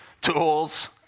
tools